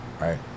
right